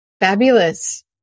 Fabulous